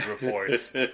reports